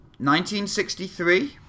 1963